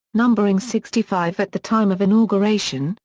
numbering sixty five at the time of inauguration,